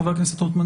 חבר הכנסת רוטמן,